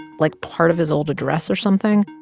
like, part of his old address or something.